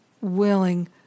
willing